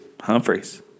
Humphreys